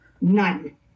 None